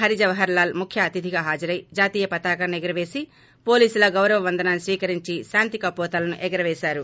హరిజవహర్ లాల్ ముఖ్య అతిథిగా హాజరై జాతీయ పతాకాన్ని ఎగురవేసి పోలీసుల గౌరవ వందనాన్ని స్వీకరించి శాంతి కపోతాలను ఎగురవేశారు